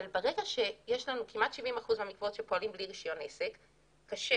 אבל כשכ-70% מהמקוואות שפועלים בלי רישיון עסק ומבחינת